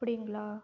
அப்படிங்களா